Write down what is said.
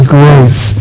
grace